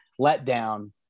letdown –